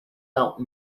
out